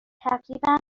تقریبا